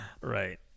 right